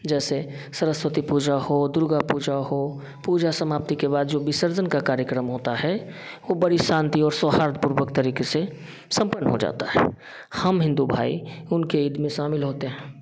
जैसे सरस्वती पूजा हो दुर्गा पूजा हो पूजा समाप्ति के बाद जो विसर्जन का कार्यक्रम होता है वह बड़ी शांति और सोहार्थ पूर्वक तरीक़े से संपन्न हो जाता हैं हम हिन्दू भाई उनके ईद में शामिल होते हैं